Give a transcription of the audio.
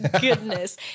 goodness